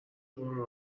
برو